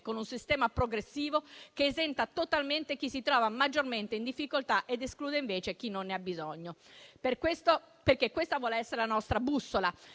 un sistema progressivo che esenta totalmente chi si trova maggiormente in difficoltà ed esclude, invece, chi non ne ha bisogno. Questa vuole essere la nostra bussola: